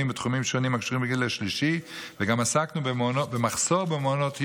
בתחומים שונים הקשורים לגיל השלישי וגם עסקנו במחסור במעונות יום.